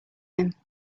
him